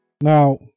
Now